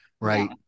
right